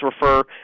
refer